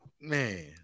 man